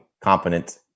competent